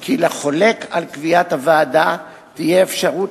כי לחולק על קביעת הוועדה תהא אפשרות